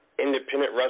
independent